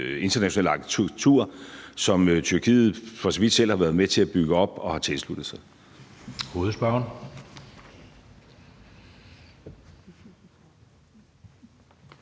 demokratiske arkitektur, som Tyrkiet for så vidt selv har været med til at bygge op, og som de har tilsluttet sig.